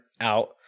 out